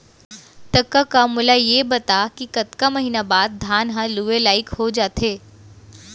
त कका मोला ये बता कि कतका महिना बाद धान ह लुए लाइक हो जाथे?